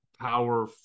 power